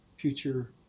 future